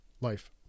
life